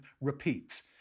repeats